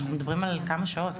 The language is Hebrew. אנחנו מדברים על כמה שעות.